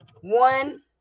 One